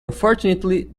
unfortunately